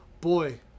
Boy